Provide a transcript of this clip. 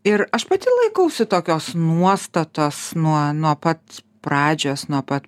ir aš pati laikausi tokios nuostatos nuo nuo pat pradžios nuo pat